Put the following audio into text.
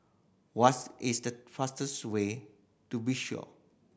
what is the fastest way to Bissau